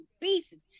pieces